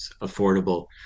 affordable